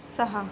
सहा